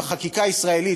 בחקיקה הישראלית,